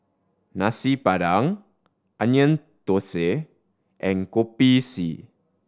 Nasi Padang Onion Thosai and Kopi C